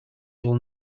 will